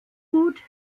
gut